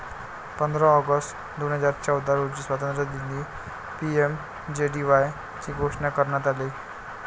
पंधरा ऑगस्ट दोन हजार चौदा रोजी स्वातंत्र्यदिनी पी.एम.जे.डी.वाय ची घोषणा करण्यात आली